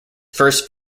first